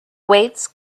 weights